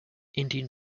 indian